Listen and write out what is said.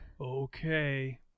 okay